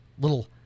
little